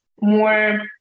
more